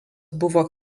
buvo